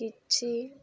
କିଛି